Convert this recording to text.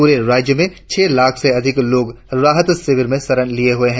पूरे राज्य में छह लाख से अधिक लोग राहत शिविरों में शरण लिए हुए है